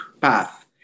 path